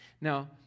Now